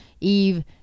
eve